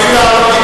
אני לא שומע.